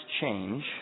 change